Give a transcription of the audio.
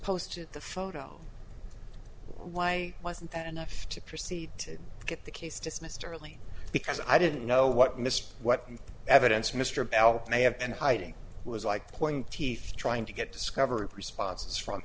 posted the photo why wasn't that enough to proceed to get the case dismissed early because i didn't know what mr what evidence mr bell may have been hiding was like point teeth trying to get discovery responses from